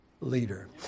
leader